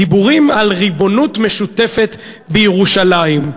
דיבורים על ריבונות משותפת בירושלים.